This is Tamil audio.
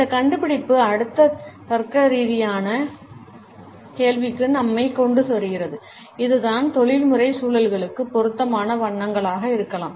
இந்த கண்டுபிடிப்பு அடுத்த தர்க்கரீதியான கேள்விக்கு நம்மைக் கொண்டுவருகிறது இதுதான் தொழில்முறை சூழல்களுக்கு பொருத்தமான வண்ணங்களாக இருக்கலாம்